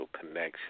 connection